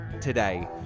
today